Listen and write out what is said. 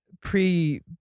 pre-